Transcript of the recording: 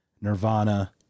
Nirvana